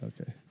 Okay